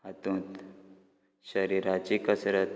हितूंत शरिराची कसरत